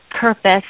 purpose